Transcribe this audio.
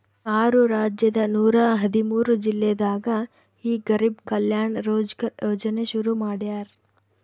ಆರು ರಾಜ್ಯದ ನೂರ ಹದಿಮೂರು ಜಿಲ್ಲೆದಾಗ ಈ ಗರಿಬ್ ಕಲ್ಯಾಣ ರೋಜ್ಗರ್ ಯೋಜನೆ ಶುರು ಮಾಡ್ಯಾರ್